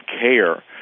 care